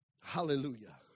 Hallelujah